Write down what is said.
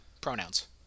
Pronouns